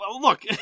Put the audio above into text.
look